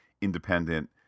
independent